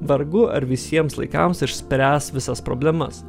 vargu ar visiems laikams išspręs visas problemas